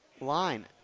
line